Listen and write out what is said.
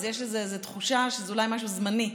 יש איזו תחושה שזה אולי משהו זמני,